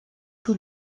que